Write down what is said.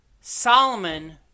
Solomon